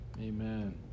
Amen